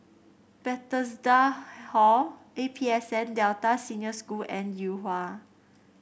Bethesda Hall A P S N Delta Senior School and Yuhua